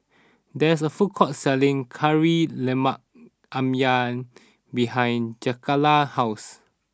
there is a food court selling Kari Lemak Ayam behind Jakayla's house